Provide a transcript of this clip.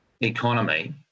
economy